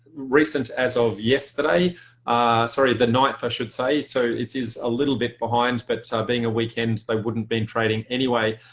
recent as of yesterday, sorry the night i should say. it so it is a little bit behind but being a weekend they wouldn't been trading anyway.